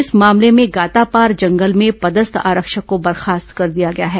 इस मामले में गातापार जंगल में पदस्थ आरक्षक को बर्खास्त कर दिया गया है